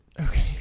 Okay